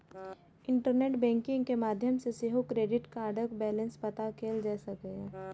internet banking के माध्यम सं सेहो क्रेडिट कार्डक बैलेंस पता कैल जा सकैए